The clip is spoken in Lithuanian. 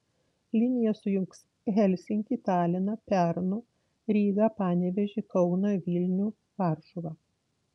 linija sujungs helsinkį taliną pernu rygą panevėžį kauną vilnių varšuvą